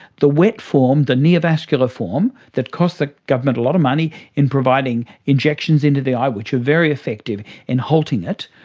the wet form, the neovascular form that costs the government a lot of money in providing injections into the eye, which are very effective in halting it,